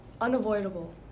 unavoidable